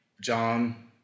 John